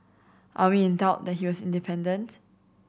are we in doubt that he was independent